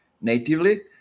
natively